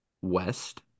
West